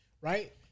right